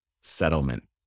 settlement